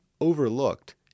overlooked